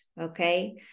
okay